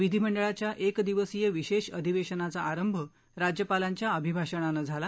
विधिमंडळाच्या एक दिवसीय विशेष अधिवेशनाचा आरंभ राज्यपालांच्या अभिभाषणानं झाला